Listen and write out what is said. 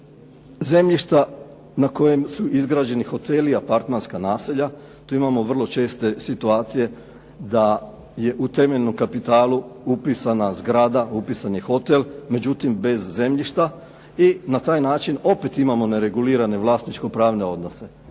zemljišta na kojem su izgrađeni hoteli, apartmanska naselja, tu imamo vrlo česte situacije da je u temeljnom kapitalu upisana zgrada, upisan je hotel, međutim bez zemljišta i na taj način opet imamo neregulirane vlasničko-pravne odnose.